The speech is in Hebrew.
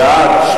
בעד,